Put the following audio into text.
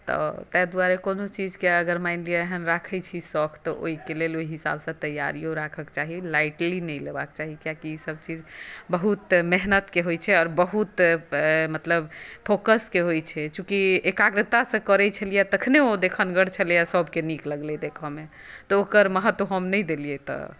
तऽ ताहि दुआरे कोनो चीजकेँ अगर मानि लिअ एहन राखैत छी शौख तऽ ओहिके लेल ओहि हिसाबसँ तैआरियो राखक चाही लाइटली नहि लेबाक चाही कियाकि ईसभ चीज बहुत मेहनतिकेँ होइत छै आओर बहुत मतलब फोकसके होइत छै चूँकि एकाग्रतासँ करैत छलियै तखने ओ देखनगर छलैए सभकेँ नीक लगलै देखयमे तऽ ओकर महत्त्व हम नहि देलियै तऽ